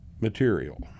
material